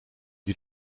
wie